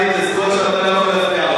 בן-ארי, תזכור שאתה לא יכול להפריע לו.